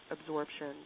absorption